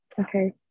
Okay